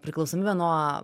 priklausomybę nuo